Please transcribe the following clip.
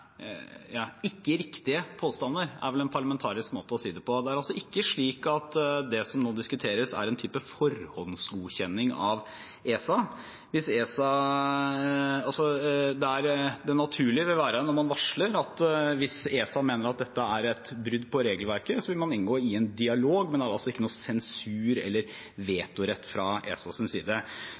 si det på. Det er ikke slik at det som nå diskuteres, er en type forhåndsgodkjenning av ESA. Det naturlige når man varsler, vil være at hvis ESA mener det er brudd på regelverket, vil man inngå i en dialog, men det er ikke noen sensur eller vetorett fra ESAs side.